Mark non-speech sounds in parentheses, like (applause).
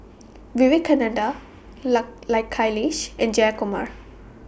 Vivekananda (unintelligible) Kailash and Jayakumar